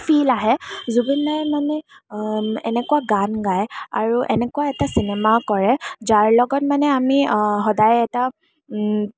feel আহে জুবিন দায়ে মানে এনেকুৱা গান গায় আৰু এনেকুৱা এটা চিনেমা কৰে যাৰ লগত মানে আমি সদায় এটা